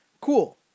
Cool